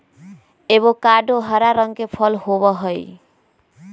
avocado हरा रंग के फल होबा हई